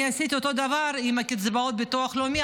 אני עשיתי אותו דבר עם קצבאות ביטוח לאומי,